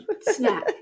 Snack